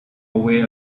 away